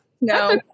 No